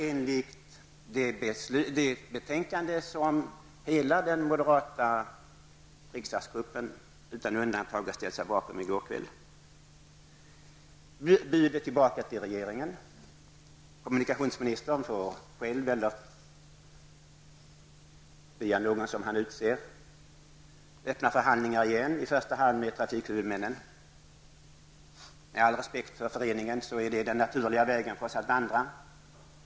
Enligt det betänkande som hela den moderata riksdagsgruppen i går kväll ställde sig bakom återgår nu ärendet till regeringen. Kommunikationsministern får nu själv eller via någon som han utser öppna förhandlingar igen i första hand med trafikhuvudmännen. Med all respekt för den ekonomiska föreningen är detta den naturliga vägen att vandra.